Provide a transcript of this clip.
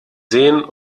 sehen